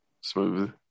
smooth